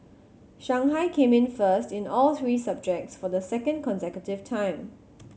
Shanghai came in first in all three subjects for the second consecutive time